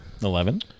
Eleven